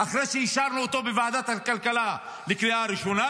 אחרי שאישרנו אותו בוועדת הכלכלה לקריאה ראשונה,